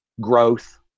growth